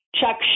Chuck